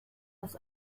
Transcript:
das